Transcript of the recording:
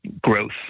growth